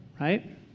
Right